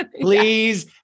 please